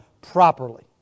properly